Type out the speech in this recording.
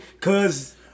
Cause